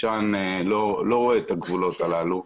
העשן לא רואה את הגבולות הללו,